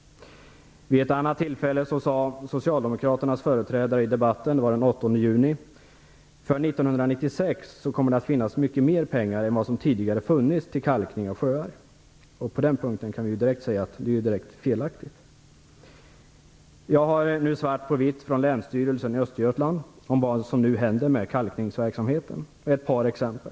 Vid ett annat tillfälle, den 8 juni, sade Socialdemokraternas företrädare i debatten: "För 1996 kommer det att finnas mycket mer pengar än vad som tidigare funnits till kalkning av sjöar." Detta är direkt felaktigt. Jag har svart på vitt från länsstyrelsen i Östergötland om vad som nu händer med kalkningsverksamheten, och jag skall ta ett par exempel.